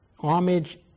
homage